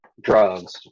drugs